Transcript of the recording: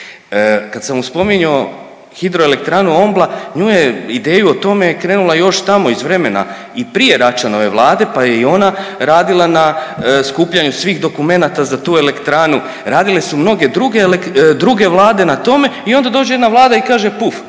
Kad sam mu spominjao Hidroelektranu Ombla nju je, ideju o tome krenula još tamo iz vremena i prije Račanove vlade, pa je i ona radila na skupljanju svih dokumenata za tu elektranu, radile su mnoge druge vlade na tome i onda dođe jedna vlada i kaže puf,